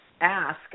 ask